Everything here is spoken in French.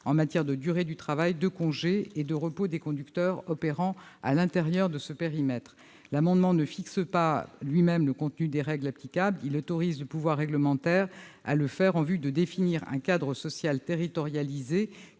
en matière de durée du travail, de congés et de repos des conducteurs opérant à l'intérieur de ce périmètre. L'amendement vise non pas à fixer le contenu des règles applicables, mais à autoriser le pouvoir réglementaire à le faire en vue de définir un cadre social territorialisé,